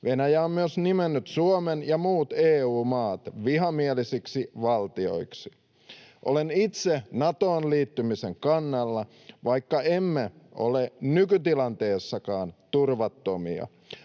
Venäjä on myös nimennyt Suomen ja muut EU-maat vihamielisiksi valtioiksi. Olen itse Natoon liittymisen kannalla, vaikka emme ole nykytilanteessakaan turvattomia.